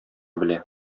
белә